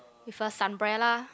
with a Sunbrella